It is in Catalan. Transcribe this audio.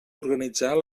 organitzar